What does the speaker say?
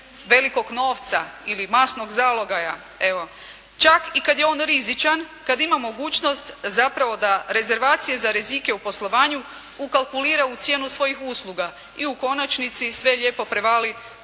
velikog novca ili masnog zalogaja, evo čak i kad je on rizičan kad ima mogućnost zapravo da rezervacije za rizike u poslovanju ukalkulira u cijenu svojih usluga i u konačnici sve lijepo prevali